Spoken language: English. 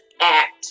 act